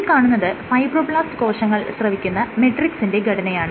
ഈ കാണുന്നത് ഫൈബ്രോബ്ലാസ്റ് കോശങ്ങൾ സ്രവിക്കുന്ന മെട്രിക്സിന്റെ ഘടനയാണ്